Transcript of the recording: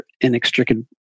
inextricably